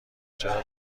چرا